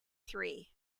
three